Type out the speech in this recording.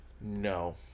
no